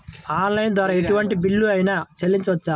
Online ద్వారా ఎటువంటి bill అయినా చెల్లించవచ్చా?